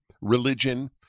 religion